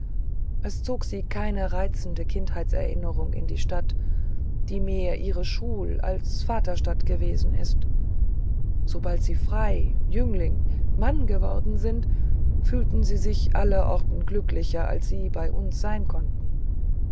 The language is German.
es zogen sie keine reizenden kindheitserinnerungen an die stadt die mehr ihre schul als vaterstadt gewesen ist sobald sie frei jüngling mann geworden sind fühlten sie sich aller orten glücklicher als sie bei uns sein konnten